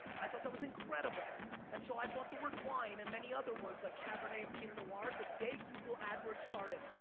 i thought that was incredible and so i bought the word wine and many other words like cabernet and pinot noir the day google adwords started.